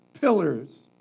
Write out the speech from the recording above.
pillars